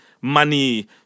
money